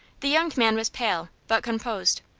the young man was pale, but composed.